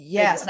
Yes